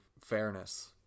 fairness